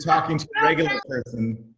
talking to regular person.